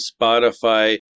Spotify